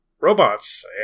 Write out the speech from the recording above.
robots